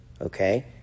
okay